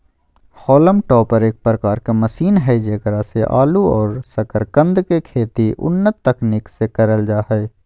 haulm topper एक प्रकार के मशीन हई जेकरा से आलू और सकरकंद के खेती उन्नत तकनीक से करल जा हई